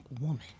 woman